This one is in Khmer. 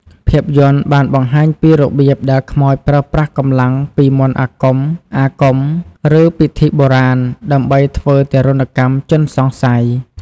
ភាពយន្តបានបង្ហាញពីរបៀបដែលខ្មោចប្រើប្រាស់កម្លាំងពី មន្តអាគម អាគម ឬ ពិធីបុរាណ ដើម្បីធ្វើទារុណកម្មជនសង្ស័យ។